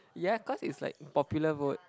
yeah cause it's like popular vote